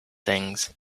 things